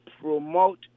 promote